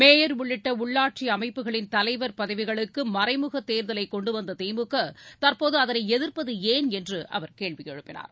mayor உள்ளிட்ட உள்ளாட்சி அமைப்புகளின் தலைவர் பதவிகளுக்கு மறைமுக தேர்தலை கொண்டுவந்த திமுக தற்போது அதனை எதிர்ப்பது ஏன் என்று கேள்வி எழுப்பினார்